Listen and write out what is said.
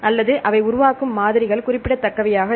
அல்லது அவை உருவாக்கும் மாதிரிகள் குறிப்பிடத்தக்கவையாக இல்லை